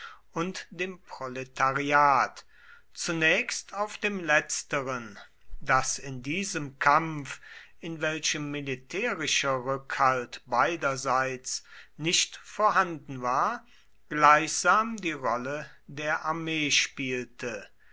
und dem proletariat zunächst auf dem letzteren das in diesem kampf in welchem militärischer rückhalt beiderseits nicht vorhanden war gleichsam die rolle der armee spielte